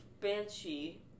banshee